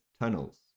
Tunnels